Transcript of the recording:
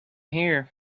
here